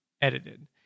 edited